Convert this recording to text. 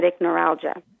neuralgia